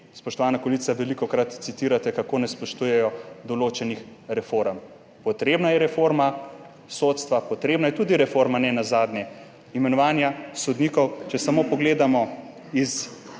spoštovana koalicija, velikokrat citirate, kako ne spoštujejo določenih reform. Potrebna je reforma sodstva, potrebna je nenazadnje tudi reforma imenovanja sodnikov, če samo pogledamo iz